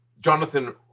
Jonathan